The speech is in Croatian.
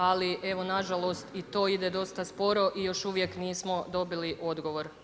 Ali evo nažalost i to ide dosta sporo i još uvijek nismo dobili odgovor.